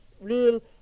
real